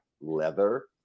leather